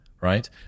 right